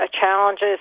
challenges